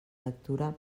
lectura